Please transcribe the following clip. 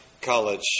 college